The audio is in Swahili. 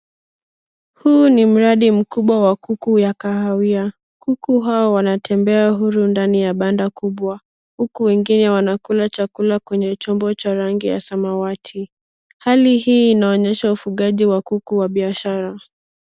Huu ni mradi mkubwa wa kuku ya kahawia. Kuku hao wanatembea huru ndani ya banda kubwa, huku wengine wanakula chakula kwenye chombo cha rangi ya samati. Hali hii inaonyesha ufugaji wa kuku wa biashara.